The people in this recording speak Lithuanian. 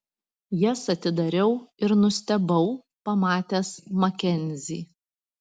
jas atidariau ir nustebau pamatęs makenzį